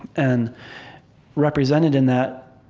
and represented in that,